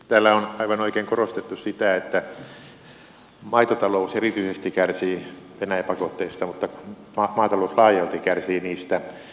täällä on aivan oikein korostettu sitä että maitotalous erityisesti kärsii venäjä pakotteista mutta maatalous laajalti kärsii niistä